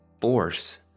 force